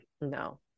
No